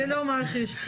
זה לא מה שישפיע.